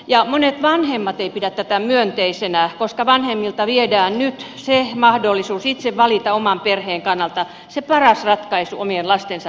ja monet vanhemmat eivät pidä tätä myönteisenä koska vanhemmilta viedään nyt mahdollisuus itse valita oman perheen kannalta se paras ratkaisu omien lastensa hoidossa